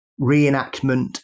reenactment